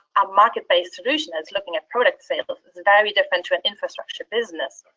a market-based solution is looking at product sales is very different to an infrastructure business.